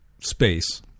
space